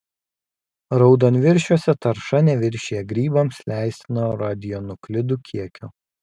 raudonviršiuose tarša neviršija grybams leistino radionuklidų kiekio